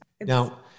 now